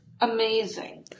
Amazing